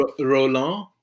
Roland